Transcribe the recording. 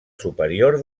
superior